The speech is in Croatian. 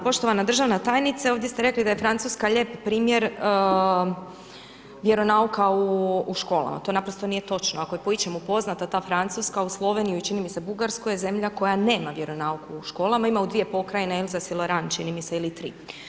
Poštovana državna tajnice, ovdje ste rekli da je Francuska lijep primjer vjeronauka u školama, to naprosto nije točno, ako je po ičemu poznata ta Francuska, uz Sloveniju i čini mi se Bugarsku, je zemlja koja nema vjeronauk u školama, ima u dvije pokrajine Alzasu i Loreni, čini mi se ili tri.